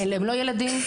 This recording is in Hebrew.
הם לא ילדים?